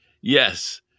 Yes